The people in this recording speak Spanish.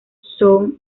son